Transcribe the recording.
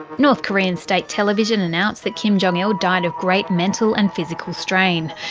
north korean state television announced that kim jong-il died of great mental and physical strain.